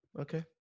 Okay